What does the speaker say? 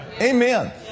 Amen